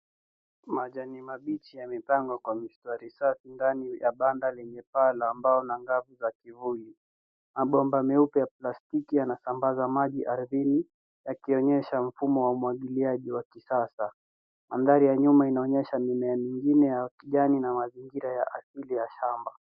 Majani mabichi yamepangwa kwa mistari safi ndani ya panda lenye paa la mbao na ngavu za kivuli. Mabomba meupe ya plastiki yanasambaza maji ardhini yakionyesha mfumo wa umwagiliaji wa kisasa. Madhari ya nyuma inaonyesha mimea mingine ya kijani na mazingira asili ya shamba.